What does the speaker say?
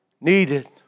needed